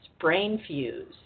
BrainFuse